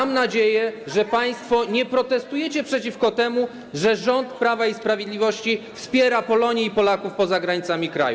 Mam nadzieję, że państwo nie protestujecie przeciwko temu, że rząd Prawa i Sprawiedliwości wspiera Polonię i Polaków poza granicami kraju.